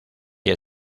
día